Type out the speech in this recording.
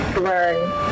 learn